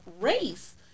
race